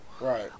Right